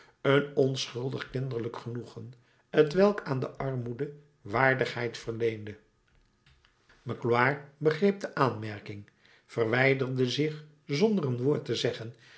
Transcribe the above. een onschuldig kinderlijk genoegen t welk aan de armoede waardigheid verleende magloire begreep de aanmerking verwijderde zich zonder een woord te zeggen